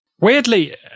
Weirdly